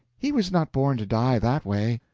he was not born to die that way.